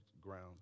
ground